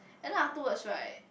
and then afterwards right